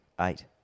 Eight